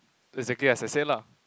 exactly as I said lah